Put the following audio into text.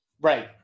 Right